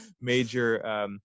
major